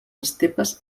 estepes